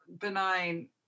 benign